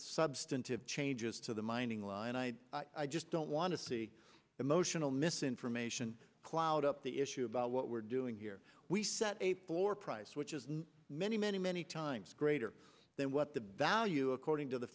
substantive changes to the mining law and i i just don't want to see emotional misinformation cloud up the issue about what we're doing here we set a poor price which is now many many many times greater than what the value according to the